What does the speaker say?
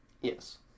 Yes